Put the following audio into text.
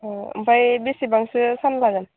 ओमफ्राय बेसेबांसो सान लागोन